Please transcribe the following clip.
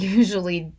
usually